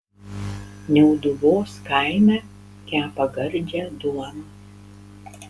niauduvos kaime kepa gardžią duoną